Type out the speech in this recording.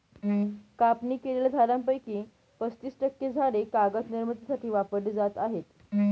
कापणी केलेल्या झाडांपैकी पस्तीस टक्के झाडे कागद निर्मितीसाठी वापरली जात आहेत